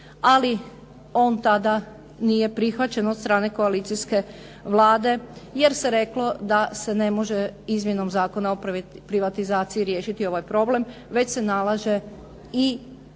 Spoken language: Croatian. ali on tada nije prihvaćen od strane koalicijske Vlade jer se reklo da se ne može izmjenom Zakona o privatizaciji riješiti ovaj problem, već se nalaže i ide